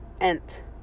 ent